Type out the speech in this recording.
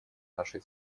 нашей